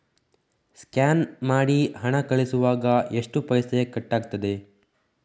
Scan ಮಾಡಿ ಹಣ ಕಳಿಸುವಾಗ ಎಷ್ಟು ಪೈಸೆ ಕಟ್ಟಾಗ್ತದೆ?